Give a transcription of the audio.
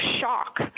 shock